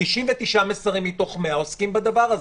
99 מסרים מתוך 100 עוסקים בדבר הזה.